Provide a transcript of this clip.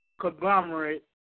Conglomerate